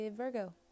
Virgo